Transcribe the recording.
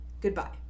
Goodbye